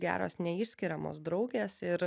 geros neišskiriamos draugės ir